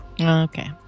Okay